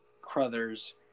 Crothers